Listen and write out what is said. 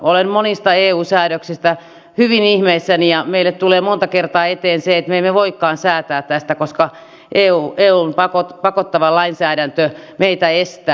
olen monista eu säädöksistä hyvin ihmeissäni ja meille tulee monta kertaa eteen se että me emme voikaan säätää tästä koska eun pakottava lainsäädäntö meitä estää